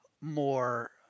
more